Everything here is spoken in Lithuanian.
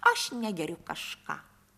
aš negeriu kažką